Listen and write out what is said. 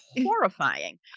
horrifying